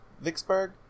Vicksburg